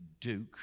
Duke